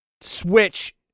Switch